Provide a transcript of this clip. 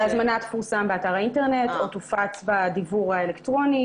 שההזמנה תפורסם באתר האינטרנט או תופץ בדיוור האלקטרוני.